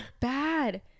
bad